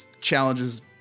challenges